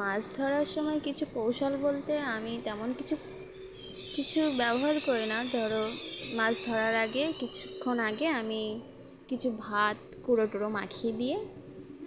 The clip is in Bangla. মাছ ধরার সময় কিছু কৌশল বলতে আমি তেমন কিছু কিছু ব্যবহার করি না ধরো মাছ ধরার আগে কিছুক্ষণ আগে আমি কিছু ভাত কুড়ো টুরো মাখিয়ে দিয়ে